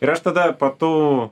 ir aš tada po tų